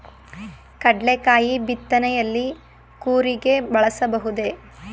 ಕಡ್ಲೆಕಾಯಿ ಬಿತ್ತನೆಯಲ್ಲಿ ಕೂರಿಗೆ ಬಳಸಬಹುದೇ?